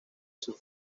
sus